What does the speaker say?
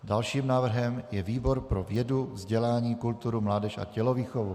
Dalším návrhem je výbor pro vědu, vzdělání, kulturu, mládež a tělovýchovu.